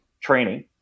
training